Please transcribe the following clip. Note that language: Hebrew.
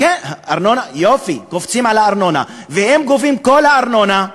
כן, ארנונה, יופי, קופצים על הארנונה.